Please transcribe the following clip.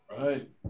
Right